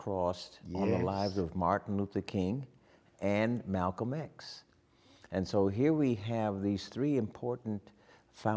crossed the lives of martin luther king and malcolm x and so here we have these three important so